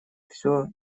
все